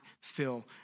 fill